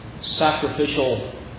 sacrificial